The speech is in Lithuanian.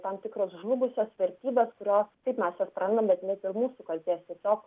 tam tikros žlugusios vertybės kurios taip mes jas prarandam bet ne dėl mūsų kaltės tiesiog